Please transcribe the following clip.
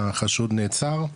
החשוד נעצר,